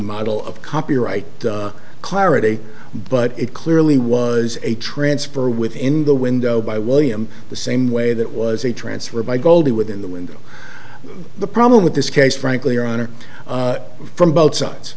model of copyright clarity but it clearly was a transfer within the window by william the same way that was a transfer by gold within the window the problem with this case frankly your honor from both sides